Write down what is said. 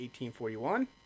1841